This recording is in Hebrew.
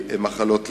מחלות לב,